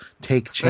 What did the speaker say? take